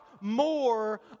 more